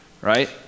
right